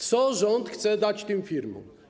Co rząd chce dać tym firmom?